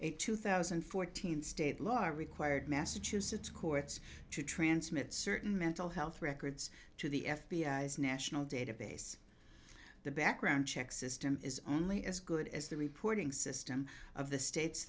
a two thousand and fourteen state law required massachusetts courts to transmit certain mental health records to the f b i s national database the background check system is only as good as the reporting system of the states